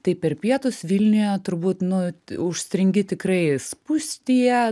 tai per pietus vilniuje turbūt nu užstringi tikrai spūstyje